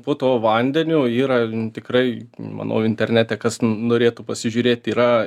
po to vandeniu yra tikrai manau internete kas norėtų pasižiūrėt yra